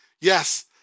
Yes